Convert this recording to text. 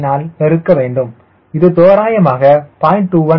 689 ஆல் பெருக்க வேண்டும் இது தோராயமாக 0